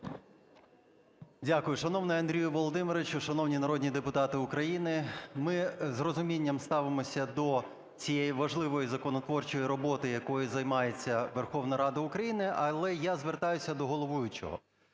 Дякую. Шановний Андрію Володимировичу, шановні народні депутати України! Ми з розумінням ставимося до цієї важливої законотворчої роботи, якою займається Верховна Рада України, але я звертаюся до головуючого.